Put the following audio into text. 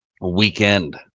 weekend